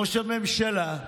ראש הממשלה,